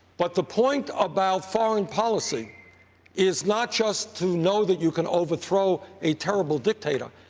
but the point about foreign policy is not just to know that you can overthrow a terrible dictator,